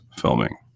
filming